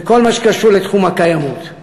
זה כל מה שקשור לתחום הקיימות.